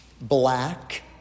black